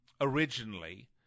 Originally